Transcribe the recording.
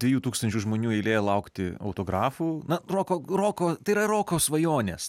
dviejų tūkstančių žmonių eilėje laukti autografų na roko roko tai yra roko svajonės